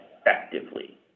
effectively